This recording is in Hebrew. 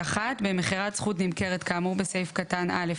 (ג1)במכירת זכות נמכרת כאמור בסעיף קטן (א)